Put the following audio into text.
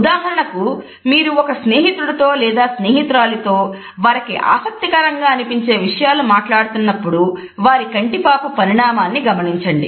ఉదాహరణకు మీరు ఒక స్నేహితుడితో లేదా స్నేహితురాలితో వారికి ఆసక్తికరంగా అనిపించే విషయాలు మాట్లాడుతున్నప్పుడు వారి కంటిపాప పరిమాణాన్ని గమనించండి